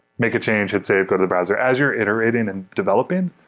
make a change, hit save, go to the browser. as you're iterating and developing,